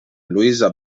luisa